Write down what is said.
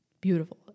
Beautiful